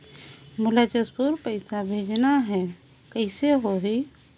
मोला जशपुर पइसा भेजना हैं, कइसे होही?